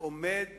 עומדת